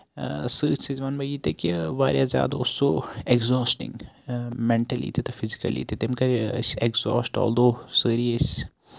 اسۭتۍ سۭتۍ وَنہٕ بہٕ یہِ تہِ کہِ واریاہ زیادٕ اوس سُہ اٮ۪گزوسٹِنگ مینٹلی تہِ تہٕ فِزِکٔلی تہِ تٔمۍ کَرے أسۍ اٮ۪گزاسٹ آلدہ سٲری ٲسۍ